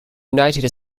united